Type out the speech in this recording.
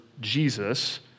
Jesus